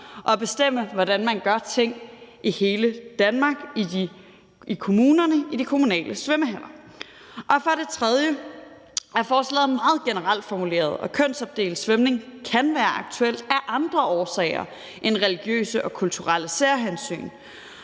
og bestemme, hvordan man gør ting i kommunerne i de kommunale svømmehaller. For det tredje er forslaget meget generelt formuleret, og kønsopdelt svømning kan være aktuelt af andre årsager end religiøse og kulturelle særhensyn